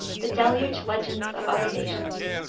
the deluge legends of other nations.